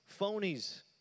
phonies